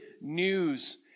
news